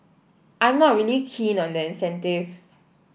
I'm not really keen on the incentive